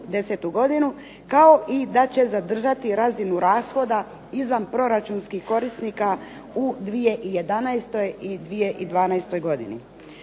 kao i da će zadržati razinu rashoda izvanproračunskih korisnika u 2011. i 2012. godini.